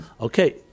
Okay